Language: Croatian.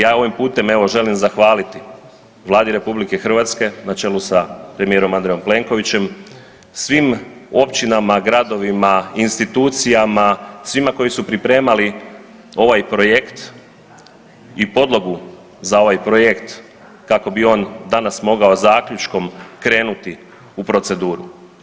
Ja ovim putem, evo, želim zahvaliti Vladi RH na čelu sa premijerom Andrejom Plenkovićem, svim općinama, gradovima, institucijama, svima koji su pripremali ovaj projekt i podlogu za ovaj projekt kako bi on danas mogao zaključkom krenuti u proceduru.